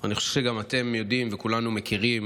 אני חושב שגם אתם יודעים וכולנו מכירים,